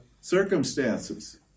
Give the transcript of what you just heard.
circumstances